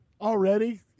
Already